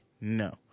no